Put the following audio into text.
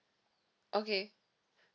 okay